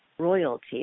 royalty